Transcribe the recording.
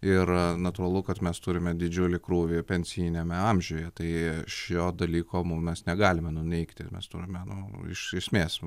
ir natūralu kad mes turime didžiulį krūvį pensiniame amžiuje tai šio dalyko nu mes negalima nuneigti nes duomenų iš esmės